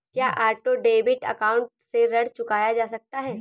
क्या auto debit account से ऋण चुकाया जा सकता है?